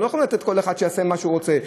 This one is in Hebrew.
אנחנו לא יכולים לתת לכל אחד שיעשה מה שהוא רוצה,